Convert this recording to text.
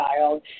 child